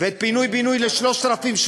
ואת הפינוי-בינוי ל-3,700,